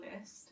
list